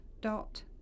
dot